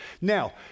Now